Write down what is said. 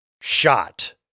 shot